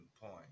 point